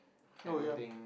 oh ya